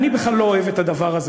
אני בכלל לא אוהב את הדבר הזה.